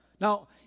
Now